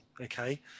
Okay